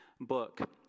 book